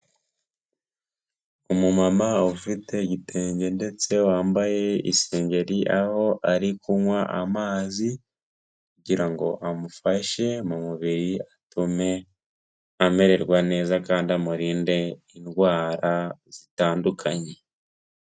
Umumama ufite igitenge ndetse wambaye isengeri aho ari kunywa amazi kugirango amufashe mu mubiri atume amererwa neza kandi amurinde indwara zitandukanye.